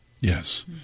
Yes